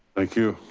thank you.